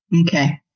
okay